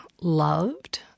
loved